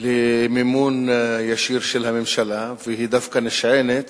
למימון ישיר של הממשלה, והיא דווקא נשענת